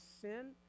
sin